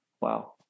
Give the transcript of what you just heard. Wow